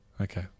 Okay